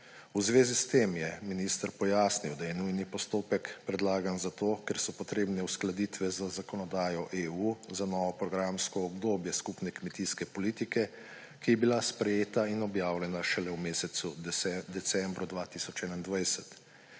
V zvezi s tem je minister pojasnil, da je nujni postopek predlagan zato, ker so potrebne uskladitve z zakonodajo EU za novo programsko obdobje skupine kmetijske politike, ki je bila sprejeta in objavljena šele v mesecu decembru 2021.